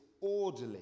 orderly